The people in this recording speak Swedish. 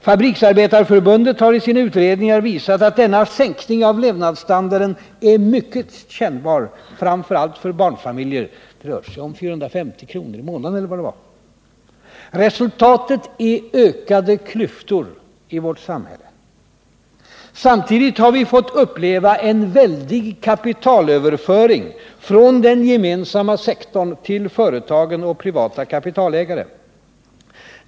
Fabriksarbetareförbundet har i sina utredningar visat att denna sänkning av levnadsstandarden är mycket kännbar framför allt för barnfamiljer. Det rör sig om 450 kr. i månaden eller så. Resultatet är ökade klyftor i vårt samhälle. Samtidigt har vi fått uppleva en väldig kapitalöverföring från den gemensamma sektorn till företagen och privata kapitalägare.